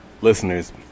listeners